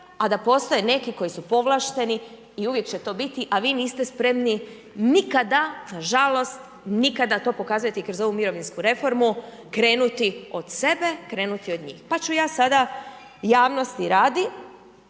a da postoje neki koji su povlašteni i uvijek će to biti, a vi niste spremni nikada, nažalost nikada to pokazati kroz ovu mirovinsku reformu, krenuti od sebe, krenuti od njih. Pa ću ja sada, javnosti radi,